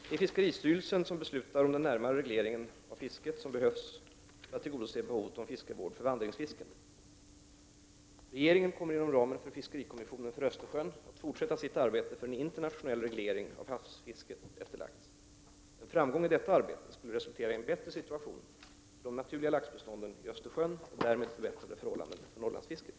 Det är fiskeristyrelsen som beslutar om den närmare reglering av fisket som behövs för att tillgodose behovet av fiskevård för vandringsfisken. Regeringen kommer inom ramen för fiskerikommissionen för Östersjön att fortsätta sitt arbete för en internationell reglering av havsfisket efter lax. En framgång i detta arbete skulle resultera i en bättre situation för de naturliga laxbestånden i Östersjön och därmed förbättrade förhållanden för Norrlandsfisket.